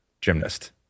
gymnast